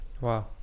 Wow